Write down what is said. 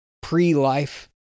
pre-life